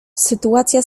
sytuacja